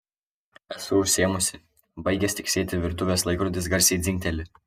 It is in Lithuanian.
esu užsiėmusi baigęs tiksėti virtuvės laikrodis garsiai dzingteli